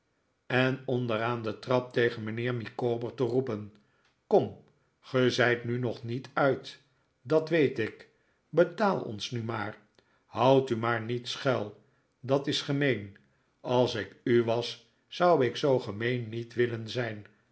en onder aan de trap tegen mijnheer micawber te roepen kom ge zijt nu nog niet uit dat weet ik betaal ons nu maar houd u maar niet schuil dat is gemeen als ik u was zou ik zoo gemeen niet willen zijn